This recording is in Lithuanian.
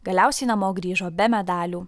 galiausiai namo grįžo be medalių